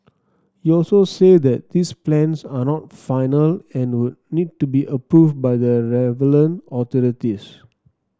he also said that these plans are not final and would need to be approved by the relevant authorities